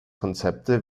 konzepte